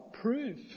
proof